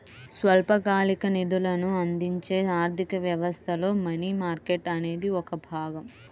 స్వల్పకాలిక నిధులను అందించే ఆర్థిక వ్యవస్థలో మనీ మార్కెట్ అనేది ఒక భాగం